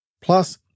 Plus